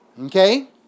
okay